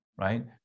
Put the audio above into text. right